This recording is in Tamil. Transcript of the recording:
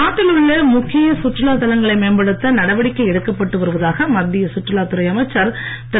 நாட்டில் உள்ள முக்கிய சுற்றுலா தலங்களை மேம்படுத்த நடவடிக்கை எடுக்கப்பட்டு வருவதாக மத்திய சுற்றுலா துறை அமைச்சர் திரு